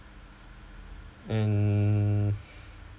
and